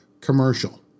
commercial